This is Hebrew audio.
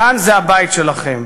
כאן זה הבית שלכם.